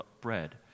bread